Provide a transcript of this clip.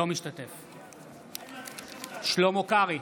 אינו משתתף בהצבעה שלמה קרעי,